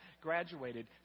graduated